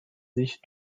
sich